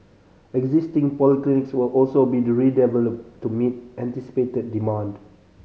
existing polyclinics will also be redeveloped to meet anticipated demand